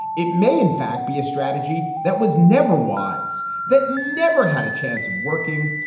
it may in fact be a strategy that was never wise, that never had a chance of working.